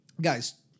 guys